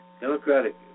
Democratic